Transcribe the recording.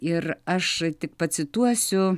ir aš tik pacituosiu